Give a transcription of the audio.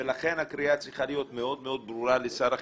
ולכן הקריאה צריכה להיות מאוד ברורה לשר החינוך,